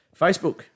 Facebook